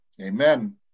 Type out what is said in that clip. Amen